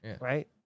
right